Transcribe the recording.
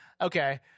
Okay